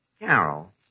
Carol